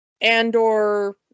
Andor